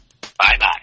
Bye-bye